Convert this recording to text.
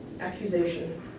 accusation